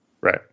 Right